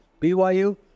BYU